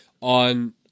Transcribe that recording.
on